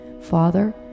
father